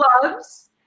gloves